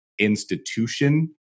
institution